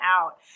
out